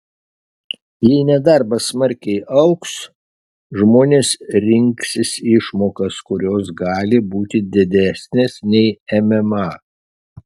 jei nedarbas smarkiai augs žmonės rinksis išmokas kurios gali būti didesnės nei mma